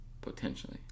Potentially